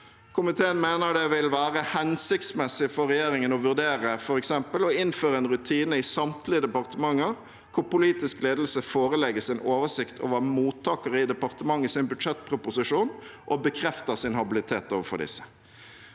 Komiteen mener det vil være hensiktsmessig for regjeringen å vurdere f.eks. å innføre en rutine i samtlige departementer hvor politisk ledelse forelegges en oversikt over mottakere i departementets budsjettproposisjon og bekrefter sin habilitet overfor disse.